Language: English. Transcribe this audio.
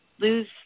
lose